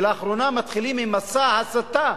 ולאחרונה מתחילים עם מסע ההסתה,